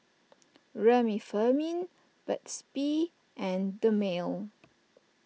Remifemin Burt's Bee and Dermale